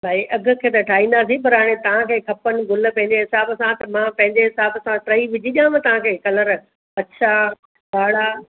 भई अघु खे ते ठाहींदासीं पर हाणे तव्हांखे खपनि गुल पंहिंजे हिसाबु सां त मां पंहिंजे हिसाबु सां टई विझी ॾियांव तव्हांखे कलर अछा ॻाढ़ा